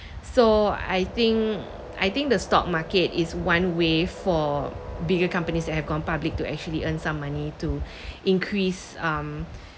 so I think I think the stock market is one way for bigger companies that have gone public to actually earn some money to increase um